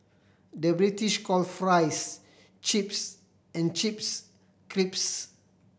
the British calls fries chips and chips crisps